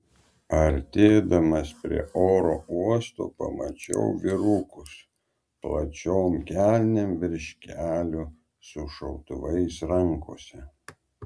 artėdamas prie oro uosto pamačiau vyrukus plačiom kelnėm virš kelių su šautuvais rankose